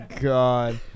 God